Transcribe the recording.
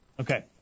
Okay